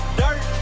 dirt